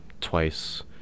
twice